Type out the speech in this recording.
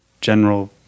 general